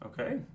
Okay